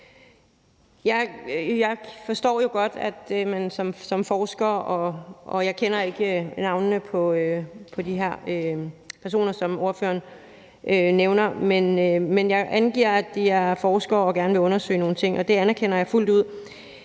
Jeg forstår jo godt, at man siger det som forsker. Jeg kender ikke navnene på de her personer, som ordføreren nævner, men jeg antager, at de er forskere og gerne vil undersøge nogle ting. Det anerkender jeg fuldt ud.